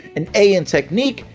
an a in technique,